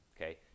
Okay